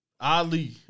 Ali